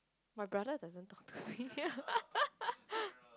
my brother doesn't talk to me